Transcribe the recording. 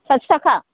साथि थाखा